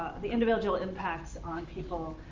the individual impacts on people,